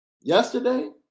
yesterday